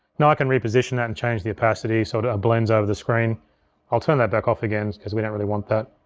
now i can reposition that and change the opacity, so it blends over the screen i'll turn that back off again, cause we don't really want that.